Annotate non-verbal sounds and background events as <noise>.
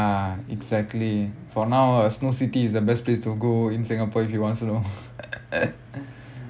ya exactly for now uh snow city is the best place to go in singapore if you want snow <noise>